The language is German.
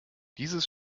dieses